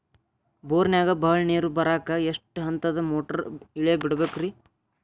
ಬೋರಿನಾಗ ಬಹಳ ನೇರು ಬರಾಕ ಎಷ್ಟು ಹಂತದ ಮೋಟಾರ್ ಇಳೆ ಬಿಡಬೇಕು ರಿ?